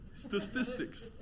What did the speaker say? Statistics